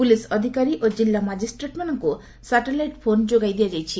police ଅଧିକାରୀ ଓ କିଲ୍ଲା ମାକ୍କିଷ୍ଟ୍ରେଟ୍ମାନଙ୍କୁ ସାଟେଲାଇଟ୍ ଫୋନ୍ ଯୋଗାଇ ଦିଆଯାଇଛି